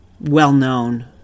well-known